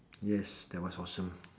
yes that was awesome